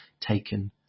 taken